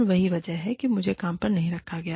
और यही वजह है कि मुझे काम पर नहीं रखा गया